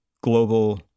global